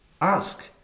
ask